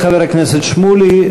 תודה לחבר הכנסת שמולי.